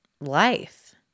life